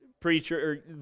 Preacher